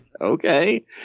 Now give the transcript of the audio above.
Okay